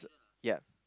ya